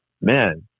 man